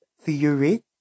theory